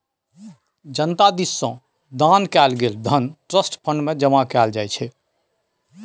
जनता दिस सँ दान कएल गेल धन ट्रस्ट फंड मे जमा कएल जाइ छै